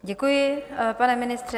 Děkuji, pane ministře.